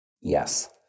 Yes